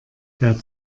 der